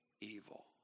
evil